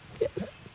yes